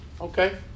Okay